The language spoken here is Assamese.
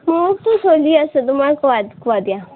কি চলি আছে তোমাৰ কোৱা কোৱা এতিয়া